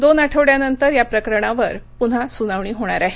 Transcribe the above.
दोन आठवड्यांनंतर या प्रकरणावर पुन्हा सुनावणी होणार आहे